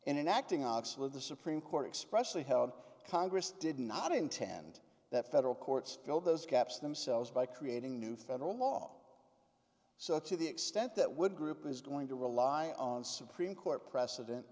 in acting oxalic the supreme court expression held congress did not intend that federal courts fill those gaps themselves by creating new federal law so to the extent that would group is going to rely on supreme court precedent